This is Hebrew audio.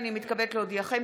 הינני מתכבדת להודיעכם,